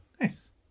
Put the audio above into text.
Nice